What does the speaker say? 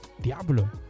Diablo